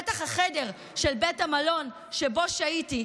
פתח החדר של בית המלון שבו שהיתי,